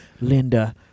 Linda